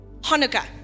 Hanukkah